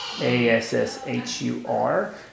A-S-S-H-U-R